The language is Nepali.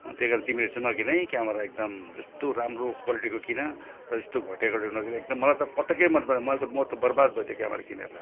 त्यही कारण तिमीहरू चाहिँ नकिन है क्यामरा एकदम त्यस्तो राम्रो क्वालिटीको किन तर त्यस्तो घटिया क्यामरा नकिन एकदम मलाई त पटक्कै मनपरेन मैले त म त बर्बाद भएँ त्यो क्यामरा किनेर